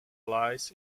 lies